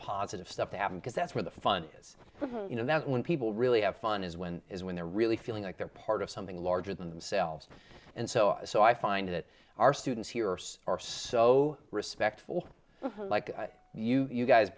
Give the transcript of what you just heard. positive stuff to happen because that's where the fun is you know that when people really have fun is when is when they're really feeling like they're part of something larger than themselves and so i so i find that our students here are so respectful like you